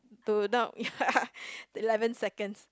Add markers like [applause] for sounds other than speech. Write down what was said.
to not [laughs] eleven seconds